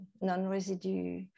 non-residue